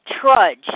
Trudge